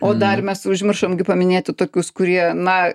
o dar mes užmiršom gi paminėti tokius kurie na